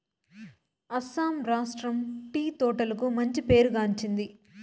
అస్సాం రాష్ట్రం టీ తోటలకు మంచి పేరు గాంచింది